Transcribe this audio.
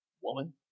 Woman